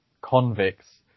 convicts